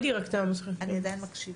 אני עדיין מקשיבה.